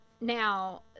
now